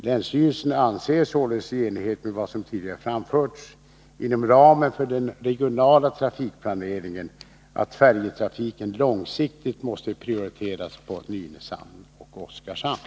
Länsstyrelsen anser således, i enlighet med vad som tidigare anförts inom ramen för den regionala trafikplanen, att färjetrafiken långsiktigt måste prioriteras på Nynäshamn och Oskarshamn.